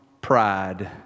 pride